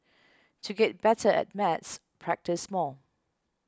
to get better at maths practise more